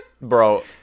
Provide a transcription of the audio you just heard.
bro